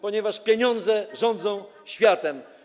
ponieważ pieniądze rządzą światem.